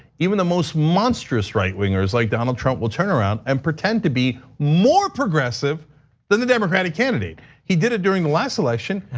even the most monstrous right wingers like donald trump will turn around and pretend to be more progressive than the democratic candidate. he did it during the last election.